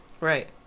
Right